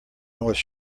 north